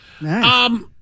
Nice